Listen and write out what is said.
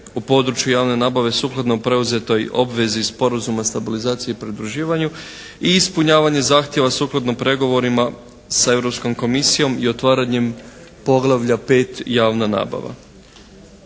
u području javne nabave sukladno preuzetoj obvezi sporazuma o stabilizaciji i pridruživanju i ispunjavanje zahtjeva sukladno pregovorima sa Europskom komisijom i otvaranjem poglavlja 5. javna nabava.